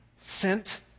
sent